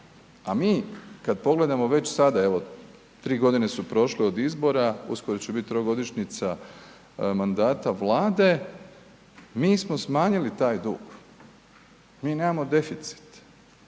A mi kada pogledamo već sada evo tri godine su prošle od izbora, uskoro će biti trogodišnjica mandata Vlade, mi smo smanjili taj dug, mi nemamo deficit,